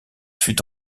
fut